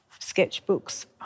sketchbooks